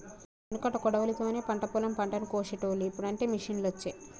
ఎనుకట కొడవలి తోనే పంట పొలం పంటను కోశేటోళ్లు, ఇప్పుడు అంటే మిషిండ్లు వచ్చే